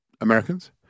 Americans